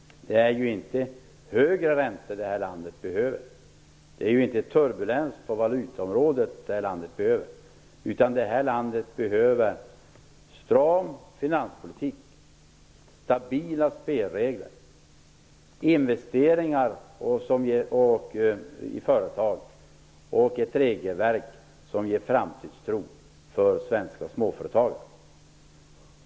Det är ju inte högre räntor det här landet behöver. Det är ju inte turbulens på valutaområdet det här landet behöver. Det här landet behöver en stram finanspolitik, stabila spelregler, investeringar i företag och ett regelverk som ger framtidstro för svenska småföretagare.